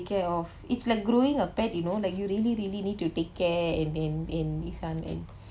care of it's like growing a pet you know like you really really need to take care and then and this [one] and